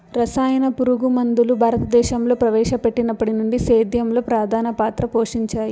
రసాయన పురుగుమందులు భారతదేశంలో ప్రవేశపెట్టినప్పటి నుండి సేద్యంలో ప్రధాన పాత్ర పోషించాయి